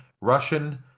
Russian